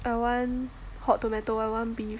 I want hot tomato I want beef